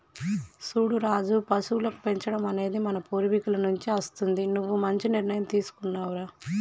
సూడు రాజు పశువులను పెంచడం అనేది మన పూర్వీకుల నుండి అస్తుంది నువ్వు మంచి నిర్ణయం తీసుకున్నావ్ రా